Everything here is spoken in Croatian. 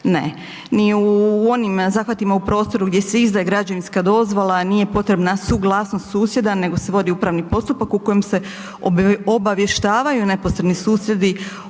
ne, ni u onim zahvatima u prostoru gdje se izdaje građevinska dozvola nije potrebna suglasnost susjeda nego se vodi upravi postupak u kojem se obavještavaju neposredni susjedi